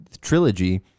trilogy